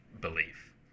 belief